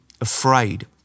afraid